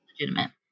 legitimate